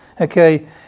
Okay